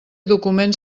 documents